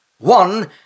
One